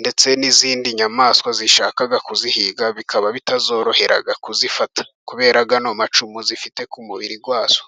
Ndetse n'izindi nyamaswa zishakaga kuzihiga bikaba bitazorohera kuzifata, kubera ya macumu zifite ku mubiri wazo.